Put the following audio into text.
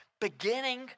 beginning